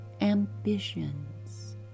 ambitions